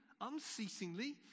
unceasingly